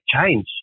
change